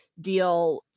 deal